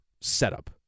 setup